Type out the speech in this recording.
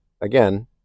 again